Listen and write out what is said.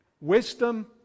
wisdom